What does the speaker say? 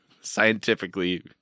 scientifically